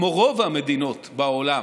כמו רוב המדינות בעולם,